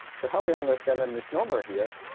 to help you understand a misnomer here,